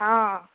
हां